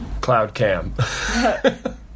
cloudcam